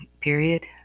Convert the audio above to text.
period